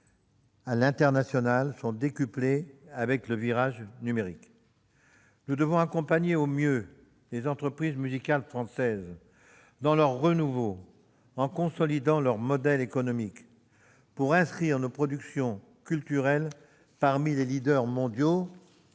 à l'international sont décuplées avec le virage numérique. Nous devons accompagner au mieux les entreprises musicales françaises dans leur renouveau en consolidant leur modèle économique, afin de nous inscrire parmi les leaders mondiaux